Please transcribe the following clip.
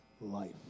life